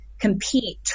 compete